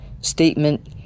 statement